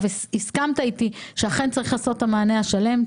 והסכמת איתי שאכן צריך לעשות את המענה השלם.